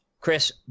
Chris